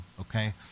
okay